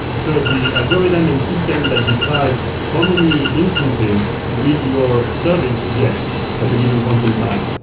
so the algorithm and system that decides how many instances will your service get at a given point in time.